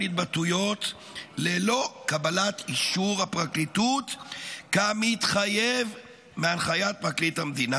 התבטאויות ללא קבלת אישור הפרקליטות כמתחייב מהנחיית פרקליט המדינה",